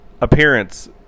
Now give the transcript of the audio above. appearance